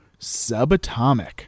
subatomic